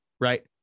right